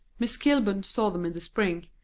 miss kilburn saw them in the spring,